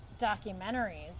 documentaries